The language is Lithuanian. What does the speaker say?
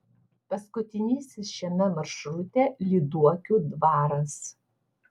paskutinysis šiame maršrute lyduokių dvaras